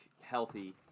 healthy